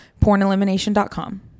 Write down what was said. PornElimination.com